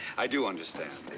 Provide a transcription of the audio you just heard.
i do understand.